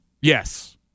Yes